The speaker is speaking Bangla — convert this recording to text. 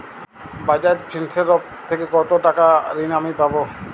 বাজাজ ফিন্সেরভ থেকে কতো টাকা ঋণ আমি পাবো?